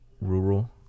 rural